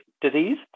disease